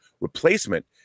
replacement